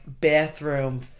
bathroom